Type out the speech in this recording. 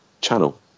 channel